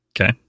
Okay